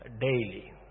daily